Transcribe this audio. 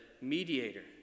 mediator